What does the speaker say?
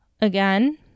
again